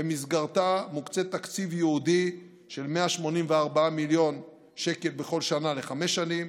שבמסגרתה מוקצה תקציב ייעודי של 184 מיליון שקלים לכל שנה לחמש שנים,